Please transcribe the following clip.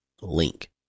link